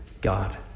God